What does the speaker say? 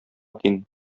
тиң